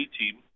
team